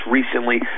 recently